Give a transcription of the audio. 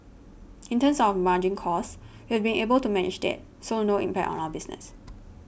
in terms of our margin costs we've been able to manage that so no impact on our business